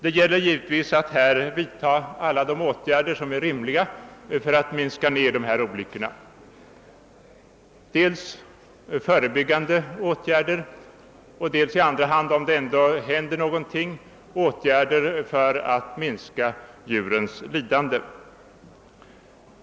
Det gäller givetvis att härvidlag vidtaga alla de åtgärder som är rimliga för att minska antalet olyckor: dels förebyggande åtgärder, dels — om det ändå händer olyckor — åtgärder för att minska djurens lidanden.